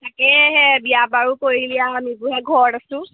তাকেহে বিয়া বাৰু কৰিলি আৰু ঘৰত আছোঁ